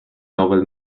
novel